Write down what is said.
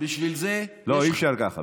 בשביל זה, לא, אי-אפשר ככה.